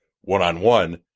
one-on-one